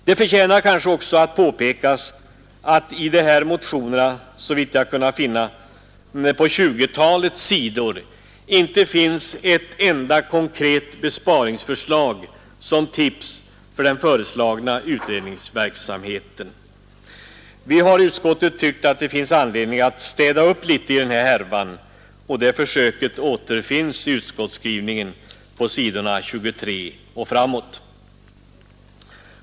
Det förtjänar också att påpekas att i de här motionerna förekommer inte — såvitt jag kunnat finna — på 20-talet sidor ett enda konkret besparingsförslag som tips för den föreslagna utredningsverksamheten. Vi har i finansutskottet tyckt att det är anledning att städa upp litet i denna härva. Detta försök återfinns i utskottsskrivningen på s. 23 och framåt i betänkandet.